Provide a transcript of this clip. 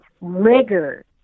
Rigor